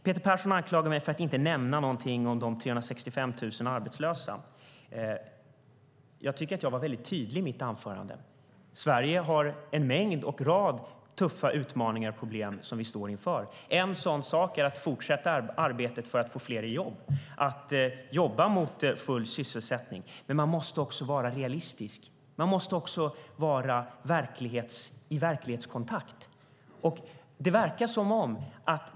Peter Persson anklagar mig för att inte säga någonting om de 365 000 arbetslösa. Jag tycker att jag var väldigt tydlig i mitt anförande. Sverige står inför en mängd tuffa utmaningar och problem. En sådan sak är att fortsätta arbetet för att få fler i jobb, att jobba i riktning mot full sysselsättning. Men man måste också vara realistisk, vara i kontakt med verkligheten.